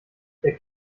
der